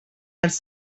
els